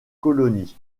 colonie